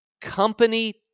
company